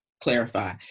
clarify